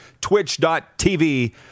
twitch.tv